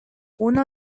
uno